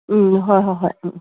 ꯎꯝ ꯍꯣꯏ ꯍꯣꯏ ꯍꯣꯏ ꯎꯝ ꯎꯝ